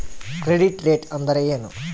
Credit rate ಅಂದರೆ ಏನು?